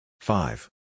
Five